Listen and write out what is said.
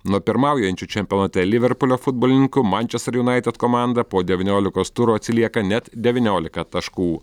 nuo pirmaujančių čempionate liverpulio futbolininkų mančester junaited komanda po devyniolikos turų atsilieka net devyniolika taškų